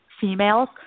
females